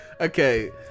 okay